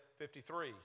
53